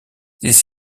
this